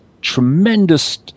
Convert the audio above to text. tremendous